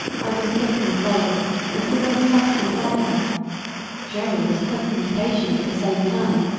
i was quick and bold and could always trust my driver jerry was quick and patient at the same time,